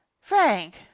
frank